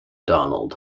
donald